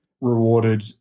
rewarded